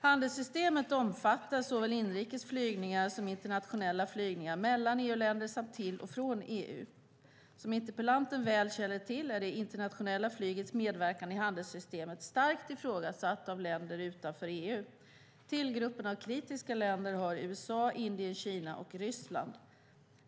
Handelssystemet omfattar såväl inrikes flygningar som internationella flygningar mellan EU-länder samt till och från EU. Som interpellanten väl känner till är det internationella flygets medverkan i handelssystemet starkt ifrågasatt av länder utanför EU. Till gruppen av kritiska länder hör USA, Indien, Kina och Ryssland.